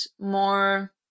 more